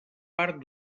part